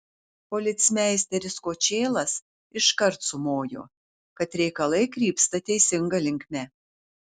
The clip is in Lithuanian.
policmeisteris kočėlas iškart sumojo kad reikalai krypsta teisinga linkme